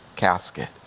casket